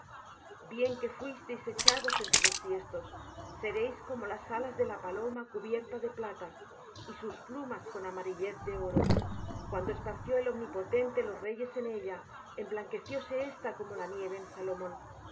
bien que fuiesteis echados entre los tiestos seréis como las alas de la paloma cubierta de plata y sus plumas con amarillez de oro cuando esparció el omnipotente los reyes en ella emblanquecióse ésta como la nieve en salmón